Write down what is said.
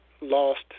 lost